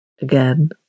again